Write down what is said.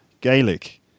Gaelic